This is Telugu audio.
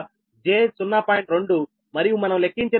2 మరియు మనం లెక్కించిన Xg2 వచ్చి j0